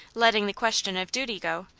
letting the question of duty go,